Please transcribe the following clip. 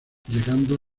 llegando